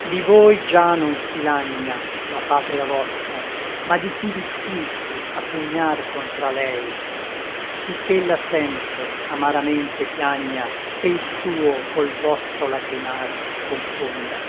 di voi già non si lagna la patria vostra ma di chi vi spinse a pugnar contra lei sì ch'ella sempre amaramente piagna e il suo col vostro lacrimar confonda